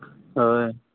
ᱦᱳᱭ